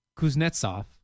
Kuznetsov